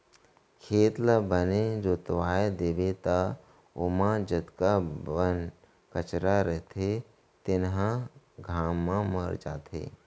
खेत ल बने जोतवा देबे त ओमा जतका बन कचरा रथे तेन ह घाम म मर जाथे